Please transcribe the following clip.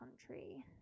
country